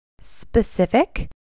specific